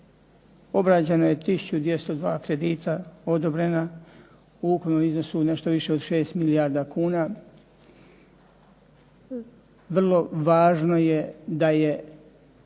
Obrađeno je 1202 kredita odobrena u ukupnom iznosu nešto više od 6 milijardi kuna. Vrlo važno je da je